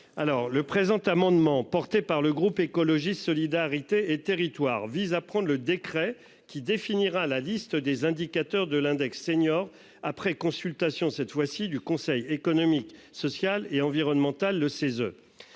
le présent amendement porté par le groupe écologiste solidarité et territoires vise à prendre le décret qui définira la liste des indicateurs de l'index senior après consultation cette fois-ci du Conseil économique, social et environnemental de ces